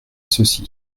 ceci